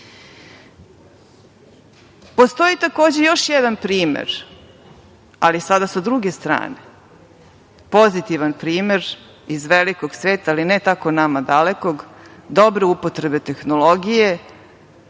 države. Postoji još jedan primer, ali sada sa druge strane, pozitivan primer iz velikog sveta, ali ne tako nama dalekog, dobre upotrebe tehnologije,